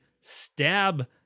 stab